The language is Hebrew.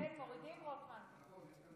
זה גם של המשותפת,